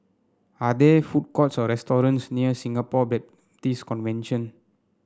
are there food courts or restaurants near Singapore Baptist Convention